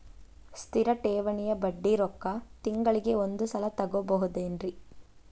ಸ್ಥಿರ ಠೇವಣಿಯ ಬಡ್ಡಿ ರೊಕ್ಕ ತಿಂಗಳಿಗೆ ಒಂದು ಸಲ ತಗೊಬಹುದೆನ್ರಿ?